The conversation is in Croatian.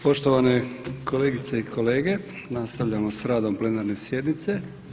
Poštovane kolegice i kolege, nastavljamo s radom plenarne sjednice.